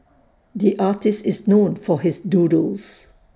the artist is known for his doodles